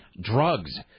drugs